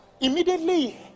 Immediately